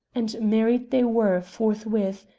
and married they were forthwith,